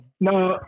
No